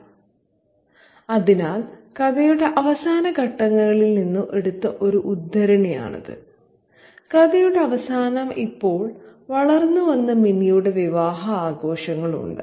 " അതിനാൽ കഥയുടെ അവസാന ഘട്ടങ്ങളിൽ നിന്ന് എടുത്ത ഒരു ഉദ്ധരണിയാണിത് കഥയുടെ അവസാനം ഇപ്പോൾ വളർന്നുവന്ന മിനിയുടെ വിവാഹ ആഘോഷങ്ങളുണ്ട്